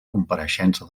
compareixença